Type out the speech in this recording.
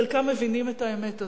מבינים את האמת הזאת.